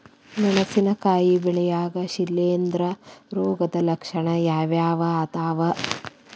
ಮೆಣಸಿನಕಾಯಿ ಬೆಳ್ಯಾಗ್ ಶಿಲೇಂಧ್ರ ರೋಗದ ಲಕ್ಷಣ ಯಾವ್ಯಾವ್ ಅದಾವ್?